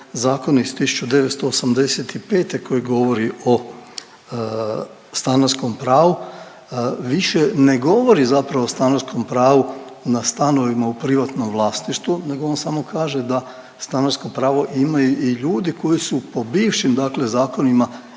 zakon iz 1985. koji govori o stanarskom pravu više ne govori o stanarskom pravu na stanovima u privatnom vlasništvu nego on samo kaže da stanarsko pravo imaju i ljudi koji su po bivšim zakonima